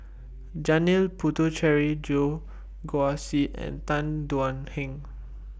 Janil Puthucheary Goh Guan Siew and Tan Thuan Heng